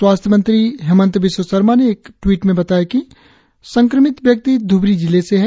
स्वास्थ्य मंत्री हेमंत बिस्वा शर्मा ने एक ट्वीट में बताया कि संक्रमित व्यक्ति धूबरी जिले से है